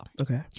Okay